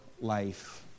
life